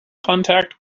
contact